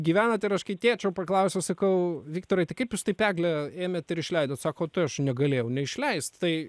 gyvenat ir aš kai tėčio paklausiau sakau viktorai tai kaip jūs taip eglę ėmėt ir išleidot sako tai aš negalėjau neišleist tai